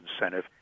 incentive